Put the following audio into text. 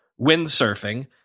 windsurfing